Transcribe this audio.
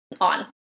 on